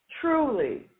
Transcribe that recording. Truly